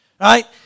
right